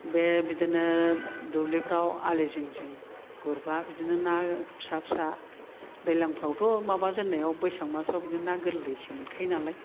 बे बिदिनो दुब्लिफ्राव आलि जिं जिं गुरबा बिदिनो ना फिसा फिसा दैलांफ्रावथ' माबा जेननायाव बैसाग मासाव बिदिनो ना गोरलैसो मोनखायो नालाय